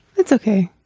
it's okay.